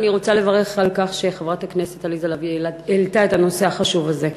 אני רוצה לברך על כך שחברת הכנסת עליזה לביא העלתה את הנושא החשוב הזה.